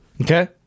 Okay